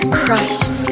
crushed